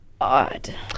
odd